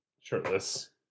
shirtless